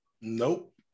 Nope